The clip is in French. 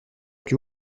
plus